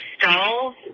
stalls